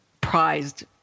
prized